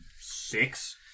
six